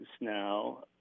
now